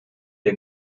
der